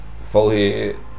forehead